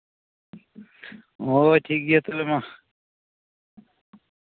ᱦᱳᱭ ᱴᱷᱤᱠ ᱜᱮᱭᱟ ᱛᱚᱵᱮ ᱢᱟ